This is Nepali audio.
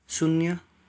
शून्य